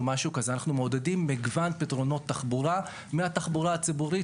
אנו מעודדים מגוון פתרונות תחבורה מהתחבורה הציבורית